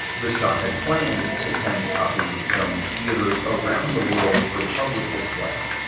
the shah had planned to send copies of the film to theatres around the world for public display.